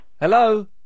Hello